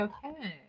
Okay